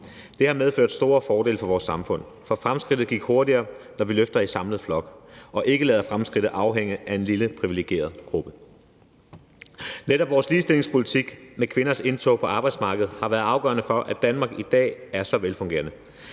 Det har medført store fordele for vores samfund, for fremskridt går hurtigere, når vi løfter i samlet flok og ikke lader fremskridtet afhænge af en lille privilegeret gruppe. Netop vores ligestillingspolitik med kvindernes indtog på arbejdsmarkedet har været afgørende for, at Danmark i dag er så velfungerende